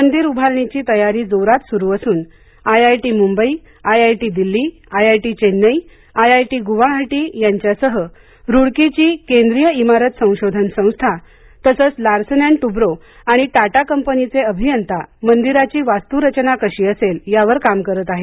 मंदिर उभारणीची तयारी जोरात सुरू असून I I T Mumbai I I T Delhi I I T Chennai I I T Guwahati यांच्यासह रूडकीची केंद्रीय इमारत संशोधन संस्था आणि लार्सन अँड टुब्रो आणि टाटा कंपनीचे अभियंता मंदिराची वास्तूरचना कशी असेल यावर काम करत आहेत